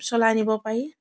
চলাই নিব পাৰি